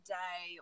day